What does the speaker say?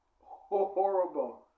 horrible